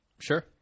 Sure